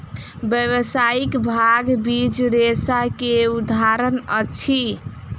व्यावसायिक भांग बीज रेशा के उदाहरण अछि